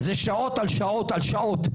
זה שעות על שעות על שעות.